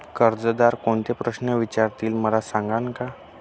कर्जदार कोणते प्रश्न विचारतील, मला सांगाल का?